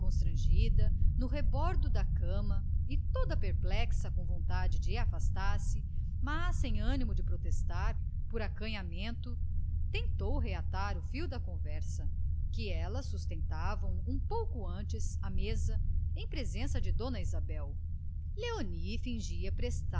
constrangida no rebordo da cama e toda perplexa com vontade de afastar-se mas sem animo de protestar por acanhamento tentou reatar o fio da conversa que elas sustentavam um pouco antes à mesa em presença de dona isabel léonie fingia